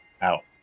out